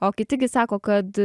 o kiti gi sako kad